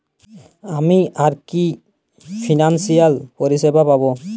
আমি আর কি কি ফিনান্সসিয়াল পরিষেবা পাব?